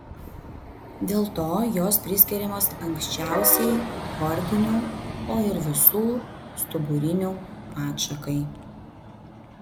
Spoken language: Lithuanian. dėl to jos priskiriamos anksčiausiai chordinių o ir visų stuburinių atšakai